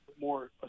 more